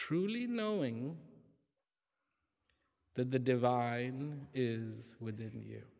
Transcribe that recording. truly knowing that the divine is within y